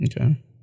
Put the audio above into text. Okay